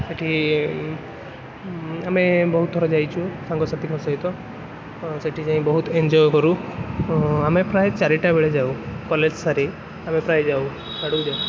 ସେଇଠି ଆମେ ବହୁତ ଥର ଯାଇଛୁ ସାଙ୍ଗସାଥୀଙ୍କ ସହିତ ସେଇଠି ଯାଇ ବହୁତ ଏନ୍ଜୟ କରୁ ଆମେ ପ୍ରାୟେ ଚାରିଟା ବେଳେ ଯାଉ କଲେଜ ସାରି ଆମେ ପ୍ରାୟେ ଯାଉ ସାଡ଼ୁକୁ ଯାଉ